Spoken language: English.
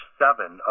seven